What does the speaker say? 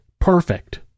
perfect